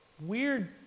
weird